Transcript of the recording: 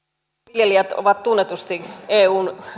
viljelijät ovat tunnetusti eun